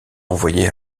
envoyé